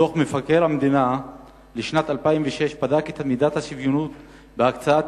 דוח מבקר המדינה לשנת 2006 בדק את מידת השוויונות בהקצאת